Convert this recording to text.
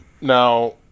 now